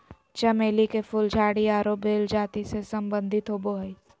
चमेली के फूल झाड़ी आरो बेल जाति से संबंधित होबो हइ